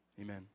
Amen